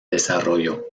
desarrollo